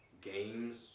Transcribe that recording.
games